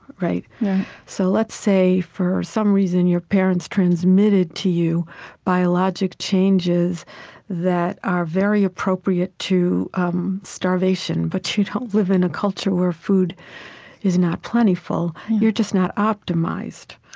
so let's say, for some reason, your parents transmitted to you biologic changes that are very appropriate to um starvation, but you don't live in a culture where food is not plentiful you're just not optimized.